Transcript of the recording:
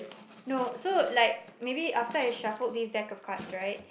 no so like maybe after I shuffled this deck of cards right